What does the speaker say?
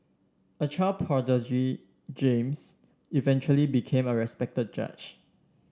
a child prodigy James eventually became a respected judge